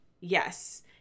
Yes